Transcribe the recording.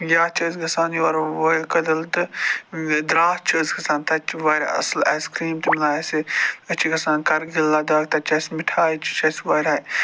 یا چھِ أسۍ گژھان یور وٲیِل کٔدٕل تہٕ درٛاس چھِ أسۍ گژھان تَتہِ چھِ واریاہ اَصٕل آیِس کرٛیٖم تہِ میلان اَسہِ أسۍ چھِ گژھان کَرگِل لداخ تَتہِ چھِ اَسہِ مِٹھایہِ تہِ چھِ اَسہِ واریاہ